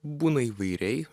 būna įvairiai